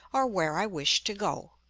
or where i wish to go.